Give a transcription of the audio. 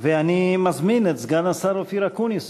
אני מזמין את סגן השר אופיר אקוניס